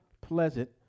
pleasant